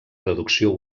traducció